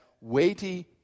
weighty